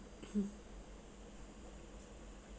mm